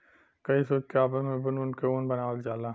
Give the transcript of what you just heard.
कई सूत के आपस मे बुन बुन के ऊन बनावल जाला